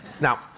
Now